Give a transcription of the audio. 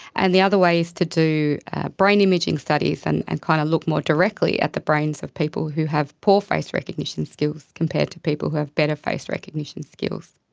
and the other way is to do brain imaging studies and and kind of look more directly at the brains of people who have poor face recognition skills compared to people who have better face recognition skills.